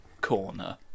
corner